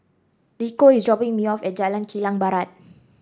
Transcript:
Rico is dropping me off at Jalan Kilang Barat